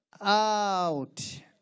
Out